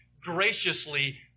graciously